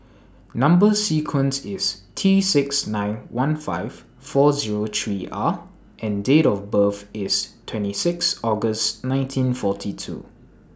Number sequence IS T six nine one five four Zero three R and Date of birth IS twenty six August nineteen forty two